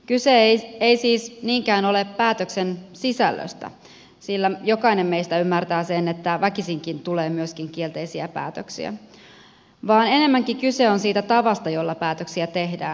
kyse ei siis niinkään ole päätöksen sisällöstä sillä jokainen meistä ymmärtää sen että väkisinkin tulee myöskin kielteisiä päätöksiä vaan enemmänkin kyse on siitä tavasta jolla päätöksiä tehdään